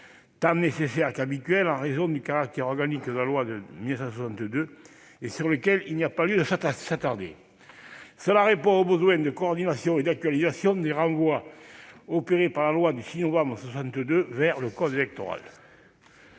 tant nécessaire qu'habituel en raison du caractère organique de la loi de 1962, et sur lequel il n'y a pas lieu de s'attarder. Il répond en effet au besoin de coordination et d'actualisation des renvois opérés par la loi du 6 novembre 1962 vers le code électoral.